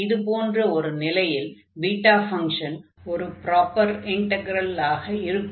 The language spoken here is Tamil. இது போன்ற ஒரு நிலையில் பீட்டா ஃபங்ஷன் ஒரு ப்ராப்பர் இன்டக்ரலாக இருக்கும்